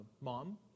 mom